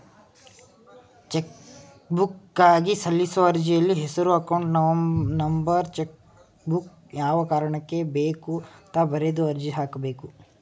ಚೆಕ್ಬುಕ್ಗಾಗಿ ಸಲ್ಲಿಸೋ ಅರ್ಜಿಯಲ್ಲಿ ಹೆಸರು ಅಕೌಂಟ್ ನಂಬರ್ ಚೆಕ್ಬುಕ್ ಯಾವ ಕಾರಣಕ್ಕೆ ಬೇಕು ಅಂತ ಬರೆದು ಅರ್ಜಿ ಹಾಕಬೇಕು